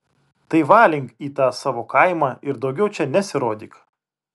tai valink į tą savo kaimą ir daugiau čia nesirodyk